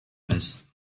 missed